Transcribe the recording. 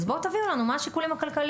אז בואו תביאו לנו: מה השיקולים הכלכליים?